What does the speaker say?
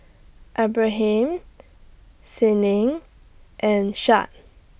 Ibrahim Senin and Syed